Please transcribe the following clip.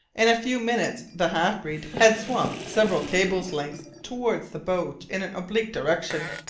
in a few minutes the half-breed had swum several cables' lengths towards the boat in an oblique direction.